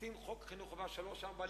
עושים חוק חינוך חובה לגילאי שלוש-ארבע,